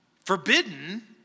Forbidden